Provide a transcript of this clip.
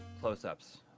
close-ups